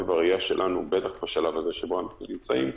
בראייה שלנו, בטח בשלב הזה שבו אנחנו נמצאים,